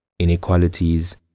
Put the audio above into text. inequalities